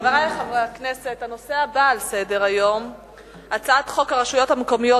ובכן, בעד הצביעו 17,